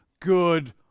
good